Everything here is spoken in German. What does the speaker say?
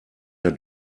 der